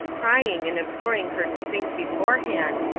crying and imploring her to think beforehand,